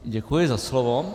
Děkuji za slovo.